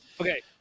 Okay